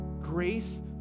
grace